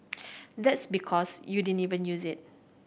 that's because you didn't even use it